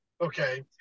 okay